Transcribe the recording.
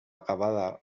acabada